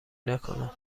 نکنم